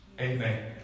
Amen